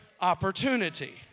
opportunity